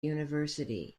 university